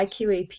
IQAP